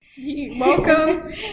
Welcome